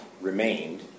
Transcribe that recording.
remained